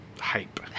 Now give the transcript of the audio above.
hype